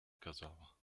kazała